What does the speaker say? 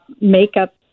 makeup